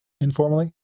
informally